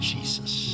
Jesus